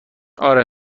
آره